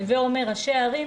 הווה אומר ראשי הערים,